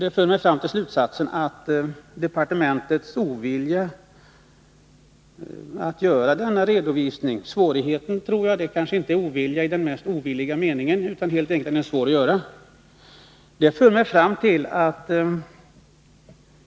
Det får mig att dra slutsatsen att departementets obenägenhet att göra denna redovisning inte beror på ovilja i egentlig mening utan på svårigheten att göra redovisningen.